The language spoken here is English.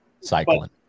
cycling